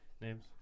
names